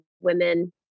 women